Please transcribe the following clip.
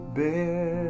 bear